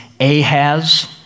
Ahaz